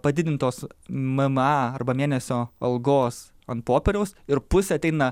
padidintos mma arba mėnesio algos ant popieriaus ir pusė ateina